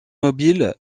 mobiles